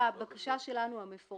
אז רק חידוד במקרה ולא משך.